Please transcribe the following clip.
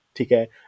okay